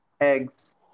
eggs